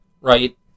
Right